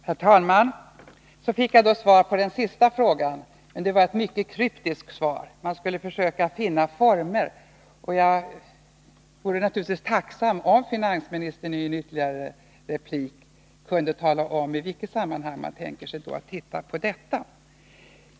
Herr talman! Så fick jag då ett svar på den sista frågan. Men det var ett mycket kryptiskt svar. Man skulle försöka finna former för det fortsatta utredningsarbetet. Jag vore naturligtvis tacksam om finansministern ville gå uppi ytterligare en replik och om han då ville ange i vilket sammanhang man tänker sig att titta på detta.